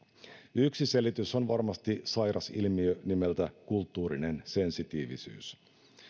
yksi selitys on varmasti sairas ilmiö nimeltä kulttuurinen sensitiivisyys